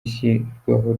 ishyirwaho